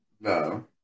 No